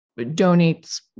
donates